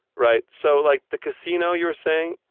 right? so like the casino you were saying,